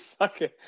okay